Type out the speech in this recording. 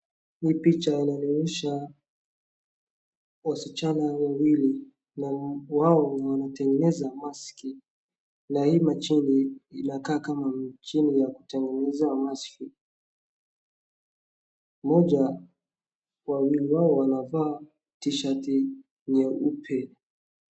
Hii picha inanionyesha wasichana wawili na wao ndio wanatengeneza maski na hii mashini inakaa kama mashini ya kutengeneza maski. Wawili hao wanavaa t-shirt nyeupe.